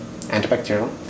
antibacterial